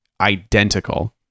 identical